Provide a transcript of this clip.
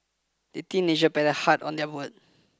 the teenager paddled hard on their boat